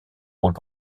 rôles